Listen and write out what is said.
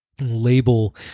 label